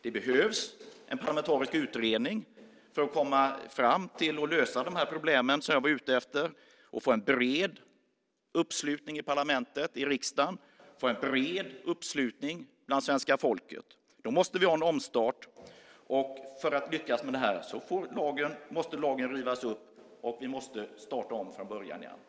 Det behövs en parlamentarisk utredning för att komma fram till att lösa de här problemen, som jag var ute efter, och få en bred uppslutning i parlamentet, i riksdagen, och en bred uppslutning bland det svenska folket. Då måste vi ha en omstart, och för att lyckas med det måste lagen rivas upp, och vi måste starta från början igen.